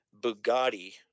Bugatti